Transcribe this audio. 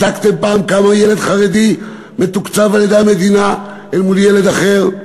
בדקתם פעם כמה ילד חרדי מתוקצב על-ידי המדינה אל מול ילד אחר?